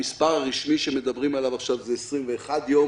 המספר הרשמי שמדברים עליו עכשיו הוא 21 ימים,